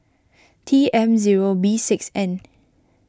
T M zero B six N